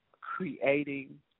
creating